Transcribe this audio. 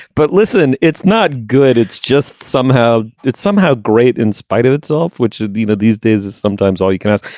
but listen it's not good it's just somehow it's somehow great in spite of itself which is you know these days is sometimes all you can ask.